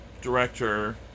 director